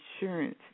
insurance